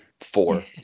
four